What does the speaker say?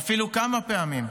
ואפילו כמה פעמים.